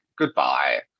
Goodbye